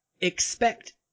expect